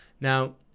now